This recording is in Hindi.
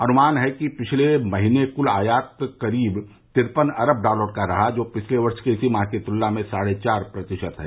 अनुमान है कि पिछले महीने क्ल आयात करीब तिरपन अरब डॉलर का रहा जो पिछले वर्ष के इसी माह की तुलना में साढ़े चार प्रतिशत है